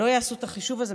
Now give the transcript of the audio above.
לא יעשו את החישוב הזה,